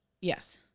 Yes